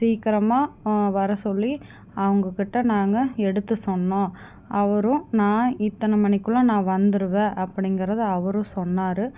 சீக்கிரமாக வர சொல்லி அவங்க கிட்ட நாங்கள் எடுத்து சொன்னோம் அவரும் நான் இத்தனை மணிக்குள்ள நான் வந்துடுவேன் அப்டிங்கிறதை அவரும் சொன்னார்